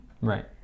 Right